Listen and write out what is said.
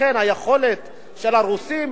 לכן היכולת של הרוסים